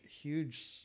huge